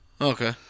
Okay